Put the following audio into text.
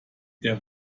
der